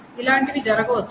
ఇలాంటివి జరగవచ్చు